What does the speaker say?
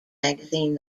magazine